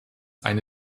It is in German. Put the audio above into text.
eine